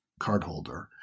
cardholder